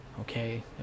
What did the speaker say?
okay